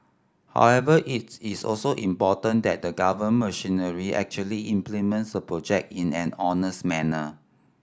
however it's is also important that the government machinery actually implements the project in an honest manner